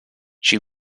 she